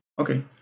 okay